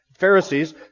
Pharisees